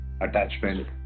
attachment